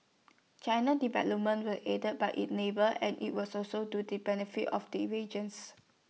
China development were aided by IT neighbour and IT was also to the benefit of the regions